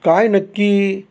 काय नक्की